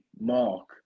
mark